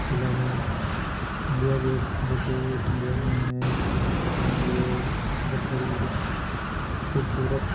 قلعہ ہے India Gate جوکہ India میں ہے اور یہ بہت بڑی ایک خوبصورت